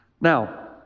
Now